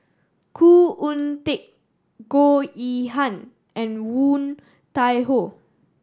Khoo Oon Teik Goh Yihan and Woon Tai Ho